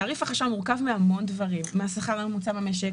תעריף החשמל מורכב מהמון דברים: שכר ממוצע במשק,